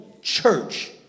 church